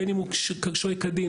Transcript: בין אם הוא שוהה כדין,